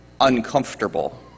uncomfortable